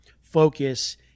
focus